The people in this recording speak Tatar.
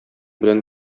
белән